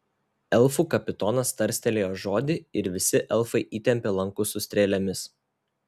elfų kapitonas tarstelėjo žodį ir visi elfai įtempė lankus su strėlėmis